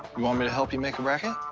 you want me to help you make a bracket? ah,